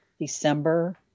December